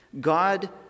God